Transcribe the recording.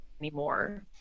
anymore